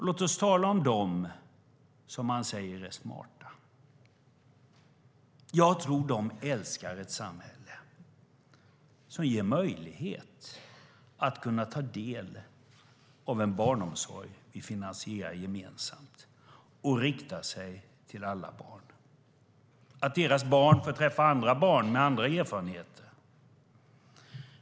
Låt oss tala om dem som han säger är smarta! Jag tror att de älskar ett samhälle som ger människor möjlighet att ta del av en barnomsorg vi finansierar gemensamt och som riktar sig till alla barn. Det handlar om att deras barn får träffa andra barn med andra erfarenheter.